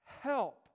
Help